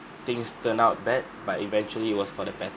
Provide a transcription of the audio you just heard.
things turn out bad but eventually it was for the better